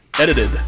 Edited